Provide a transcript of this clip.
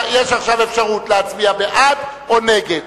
יש עכשיו אפשרות להצביע בעד או נגד.